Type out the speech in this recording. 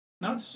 no